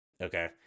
okay